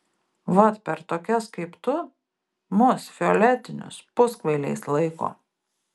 vat per tokias kaip tu mus violetinius puskvailiais laiko